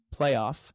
playoff